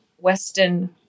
Western